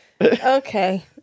Okay